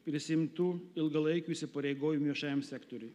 prisiimtų ilgalaikių įsipareigojimų viešajam sektoriui